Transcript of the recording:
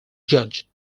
judged